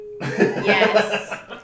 Yes